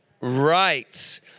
right